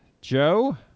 Joe